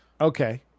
Okay